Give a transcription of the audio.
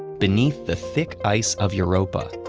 beneath the thick ice of europa,